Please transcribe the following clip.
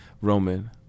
Roman